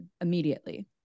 immediately